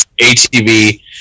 ATV